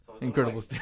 Incredible